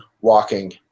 walking